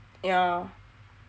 yah